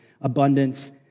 abundance